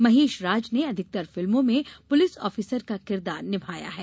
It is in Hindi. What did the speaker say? महेश राज ने अधिकतर फिल्मों में पुलिस आफिसर का किरदार निभाया है